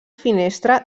finestra